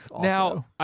Now